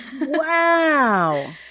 Wow